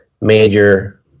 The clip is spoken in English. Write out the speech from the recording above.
major